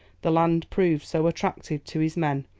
the land proved so attractive to his men,